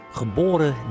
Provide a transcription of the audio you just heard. geboren